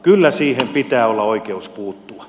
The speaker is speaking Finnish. kyllä siihen pitää olla oikeus puuttua